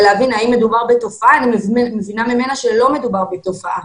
להבין האם מדובר בתופעה ואני מבינה ממנה שלא מדובר בתופעה.